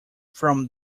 from